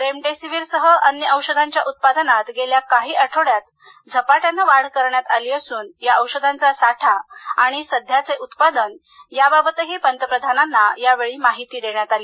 remdesivir सह अन्य औषधांच्या उत्पादनात गेल्या काही आठवड्यात झपाट्यानं वाढ करण्यात आली असून या औषधांचा साठा आणि सध्याचे उत्पादन याबाबतही त्यांना माहिती देण्यात आली